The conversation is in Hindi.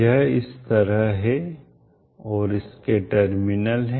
यह इस तरह है और इसके टर्मिनल हैं